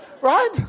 Right